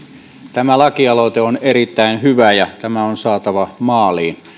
tämä lakialoite on erittäin hyvä ja tämä on saatava maaliin